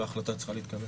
וההחלטה צריכה להתקבל.